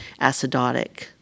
acidotic